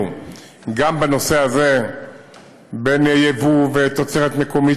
גם בנושא הזה בין יבוא ותוצרת מקומית,